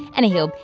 anywho,